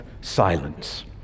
silence